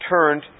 turned